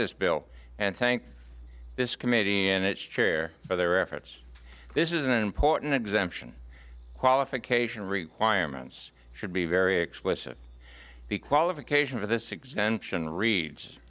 this bill and thank this committee and its chair for their efforts this is an important exemption qualification requirements should be very explicit the qualification for this exemption reads